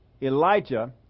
Elijah